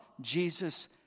Jesus